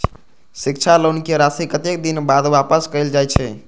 शिक्षा लोन के राशी कतेक दिन बाद वापस कायल जाय छै?